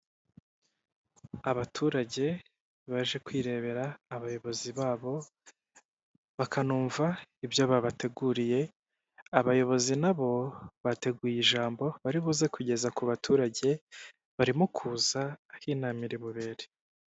Abaturage baje kwirebera abayobozi babo, bakanumva ibyo babateguriye, abayobozi nabo bateguye ijambo bari buze kugeza ku baturage, barimo kuza aho inama iri bubere.